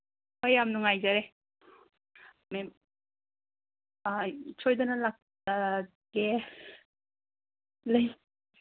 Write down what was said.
ꯍꯣꯏ ꯌꯥꯝ ꯅꯨꯡꯉꯥꯏꯖꯔꯦ ꯃꯦꯝ ꯑꯥ ꯑꯩ ꯁꯣꯏꯗꯅ ꯂꯥꯛꯆꯔꯒꯦ